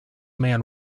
man